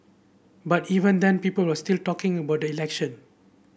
but even then people were still talking about the election